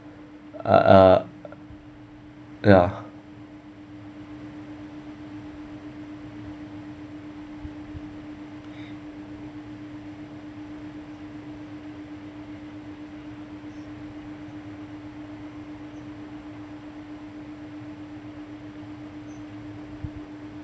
uh ya